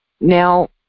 Now